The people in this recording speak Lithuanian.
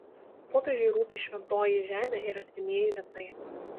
popiežiui rūpi šventoji žemė ir artimieji rytai